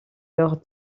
leurs